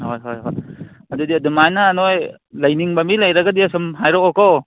ꯍꯣꯏ ꯍꯣꯏ ꯍꯣꯏ ꯑꯗꯨꯗꯤ ꯑꯗꯨꯃꯥꯏꯅ ꯅꯣꯏ ꯂꯩꯅꯤꯡꯕ ꯃꯤ ꯂꯩꯔꯒꯗꯤ ꯁꯨꯝ ꯍꯥꯏꯔꯛꯑꯣꯀꯣ